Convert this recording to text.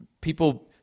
people –